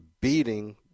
beating